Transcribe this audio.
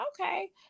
Okay